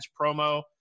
promo